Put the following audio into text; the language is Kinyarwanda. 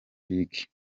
league